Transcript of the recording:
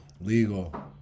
legal